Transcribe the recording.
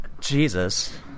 Jesus